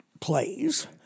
plays